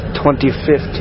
2015